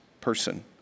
person